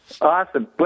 Awesome